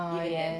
ah yes